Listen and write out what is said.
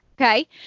Okay